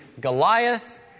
Goliath